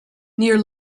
near